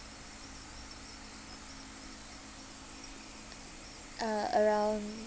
uh around